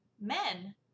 men